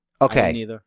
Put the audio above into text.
Okay